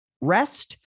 rest